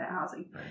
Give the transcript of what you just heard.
housing